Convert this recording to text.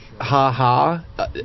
ha-ha